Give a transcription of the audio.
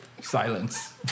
Silence